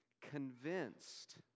convinced